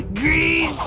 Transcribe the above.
green